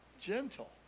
Gentle